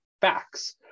facts